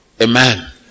Amen